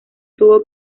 tuvo